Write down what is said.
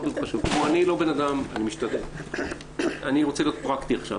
אני רוצה להיות פרקטי עכשיו.